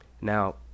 Now